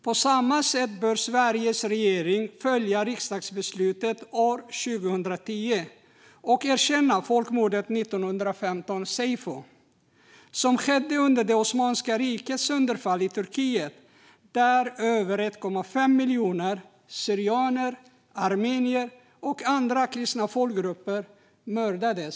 På samma sätt bör Sveriges regering följa riksdagsbeslutet från år 2010 och erkänna folkmordet 1915, seyfo, som skedde under det osmanska rikets sönderfall i Turkiet och där över 1,5 miljoner syrianer, armenier och andra från kristna folkgrupper mördades.